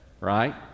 right